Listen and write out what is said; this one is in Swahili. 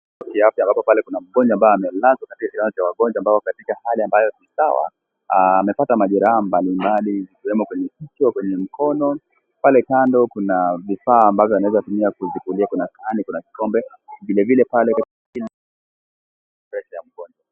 Kiafya ambapo pale kuna mgonjwa ambaye amelazwa katika kitanda cha wagonjwa ambaye ako katika hali ambayo si sawa amepata majeraha mbalimbali tusemekwenye kichwa kwenye mkono . Pale kando kuna